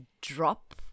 drop